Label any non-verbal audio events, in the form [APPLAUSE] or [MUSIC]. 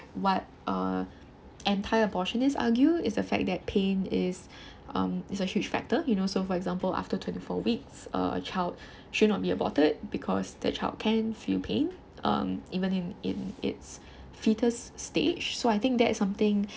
what uh anti abortionist argue is the fact that pain is [BREATH] um is a huge factor you know for example after twenty four weeks uh a child [BREATH] should not be aborted because the child can feel pain um even in in its fetus stage so I think that's something